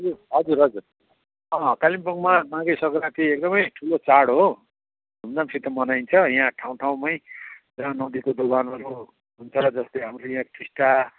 ए हजुर हजुर अँ कालिम्पोङमा माघे सङ्क्रान्ति एकदमै ठुलो चाड हो धुमधामसित मनाइन्छ यहाँ ठाउँठाउँमै सानोदेखि बलवानहरू हुन्छ जस्तै हाम्रो यहाँ टिस्टा